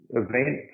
event